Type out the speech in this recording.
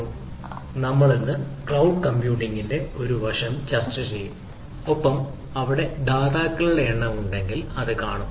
ഇന്ന് നമ്മൾ ക്ലൌഡ് കമ്പ്യൂട്ടിംഗിന്റെ ഒരു വശം ചർച്ച ചെയ്യും ഒപ്പം അവിടെ ദാതാക്കളുടെ എണ്ണം ഉണ്ടെങ്കിൽ അത് കാണും